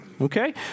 Okay